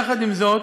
עם זאת,